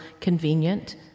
convenient